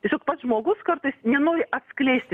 tiesiog pats žmogus kartais nenori atskleisti